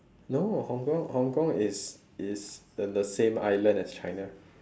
no hong-kong hong-kong is is in the same island as china